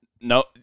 no